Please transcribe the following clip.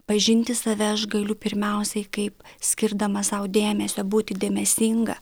pažinti save aš galiu pirmiausiai kaip skirdama sau dėmesio būti dėmesinga